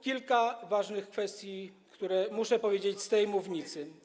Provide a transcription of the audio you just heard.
Kilka ważnych kwestii, o których muszę powiedzieć z tej mównicy.